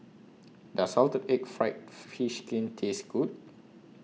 Does Salted Egg Fried Fish Skin Taste Good